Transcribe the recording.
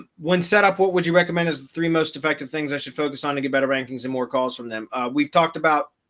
when setup what would you recommend is the three most effective things i should focus on to get better rankings and more calls from them we've talked about.